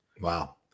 Wow